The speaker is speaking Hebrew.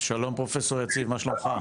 שלום פרופסור יציב מה שלומך?